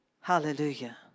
Hallelujah